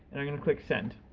and i'm gonna click send.